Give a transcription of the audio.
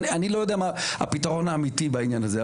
אני לא יודע מה הפתרון האמיתי בעניין הזה.